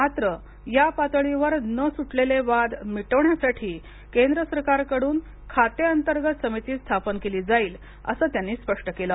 मात्र या पातळीवर न सुटलेले वाद मिटवण्यासाठी केंद्र सरकारकडून खाते अंतर्गत समिती स्थापन केली जाईल असं त्यांनी स्पष्ट केलं